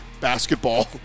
basketball